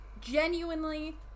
Genuinely